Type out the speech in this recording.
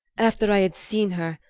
after i had seen her,